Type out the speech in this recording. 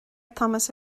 tomás